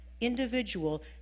individual